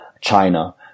China